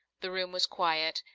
the room was quiet,